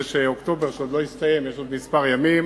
חודש אוקטובר שעדיין לא הסתיים ויש עוד כמה ימים,